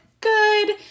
good